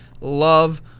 love